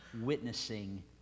witnessing